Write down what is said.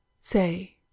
say